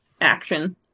action